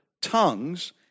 tongues